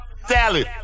salad